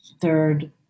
third